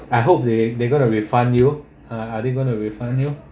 I hope they they going to refund uh are they going to refund you